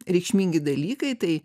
reikšmingi dalykai tai